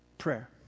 prayer